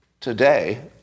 today